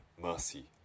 mercy